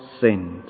sinned